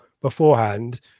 beforehand